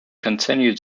continue